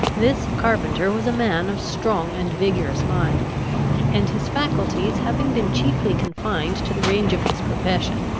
this carpenter was a man of strong and vigorous mind and, his faculties having been chiefly confined to the range of his profession,